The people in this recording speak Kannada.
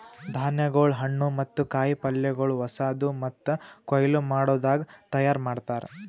ಧಾನ್ಯಗೊಳ್, ಹಣ್ಣು ಮತ್ತ ಕಾಯಿ ಪಲ್ಯಗೊಳ್ ಹೊಸಾದು ಮತ್ತ ಕೊಯ್ಲು ಮಾಡದಾಗ್ ತೈಯಾರ್ ಮಾಡ್ತಾರ್